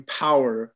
power